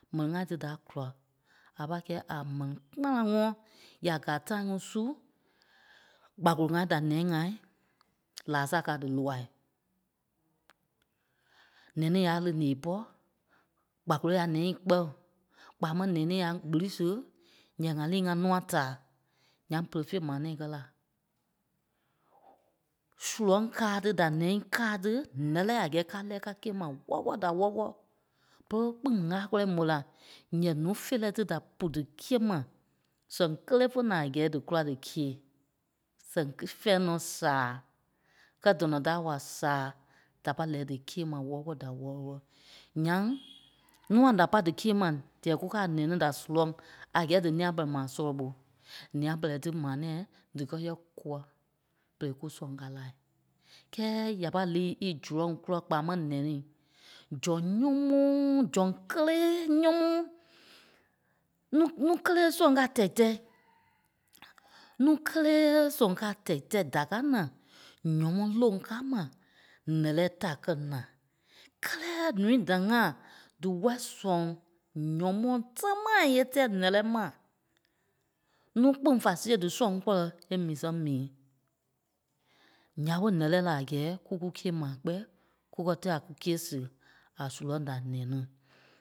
M̀ɛni ŋai tí da a kula a pâi kɛ́i a mɛni kpanaŋɔɔ. A gàa tãi ŋí su, gbakolo ŋai da nɛnî ŋai laa saa káa dí loai. Nɛnîi aâ lí nèe pɔ́, gbakoloi a nɛnîi kpɛ́o, kpaa máŋ nɛnîi a gbiri siɣe ǹyɛɛ ŋa liî ŋá nûa taa. Ǹyaŋ bere fíe maa nɛ̃ɛi é kɛ́ la. Surɔ̂ŋ káa tí da ǹɛi káa tí, ǹɛ́lɛɛi a gɛ́ɛ ká kɛ́ ká kîe ma wɔ́lɔ wɔlɔ da wɔlɔ wɔlɔ. Bere ɓé kpîŋ ŋ̀âla kɔlɔi è mò la, ǹyɛɛ ǹúu feerɛi da pu díkîe ma, sɛŋ kélee fé na a gɛ́ɛ é dí kula díkîei. Sɛŋ kɛ́- fɛ̂ɛ nɔ́ saa, kɛ́ dɔnɔ da a wàla saa, da pâi lɛɛi díkîe ma wɔlɔ wɔlɔ da wɔlɔ wɔlɔ. Ǹyaŋ, nûa da pâ díkîe ma dîɛ kú káa a nɛnî da surɔ̂ŋ a gɛ́ɛ dí nîa pɛlɛɛ ma sɔlɔ ɓó, ǹyaŋ nîa pɛlɛɛi tí maa nɛ̃ɛi díkɛ yɛ̂ɛ kûa berei kú sɔŋ káa lai. Kɛ́ɛ ya pâi liî í zurɔ̂ŋ kúla kpaa máŋ nɛniî, zɔŋ nyɔ́mɔɔɔ zɔŋ kélee nyɔ́mɔɔ. Nú- nú kélee sɔŋ káa tɛi tɛi. Nú kélee sɔŋ káa tɛi tɛi, da ká na, ǹyɔ́mɔ loŋ ká ma, ǹɛ́lɛɛ da kɛ́ na. Kɛ́lɛɛ ǹúui da ŋa dí wɔ̂i sɔŋ ǹyɔmɔɔ támaai é tɛ́ɛ ǹɛ́lɛɛ ma. Nú kpîŋ fa see dí sɔŋ kɔlɛ é mii sɛŋ mii. Ǹya ɓé ǹɛ́lɛɛi la a gɛ́ɛ kú kúkîe ma kpɛ́ɛ, kú kɛ́ tela kúkîe siɣe a surɔ̂ŋ da nɛnî.